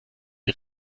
die